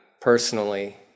personally